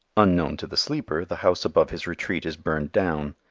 unknown to the sleeper the house above his retreat is burned down.